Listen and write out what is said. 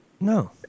No